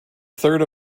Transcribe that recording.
third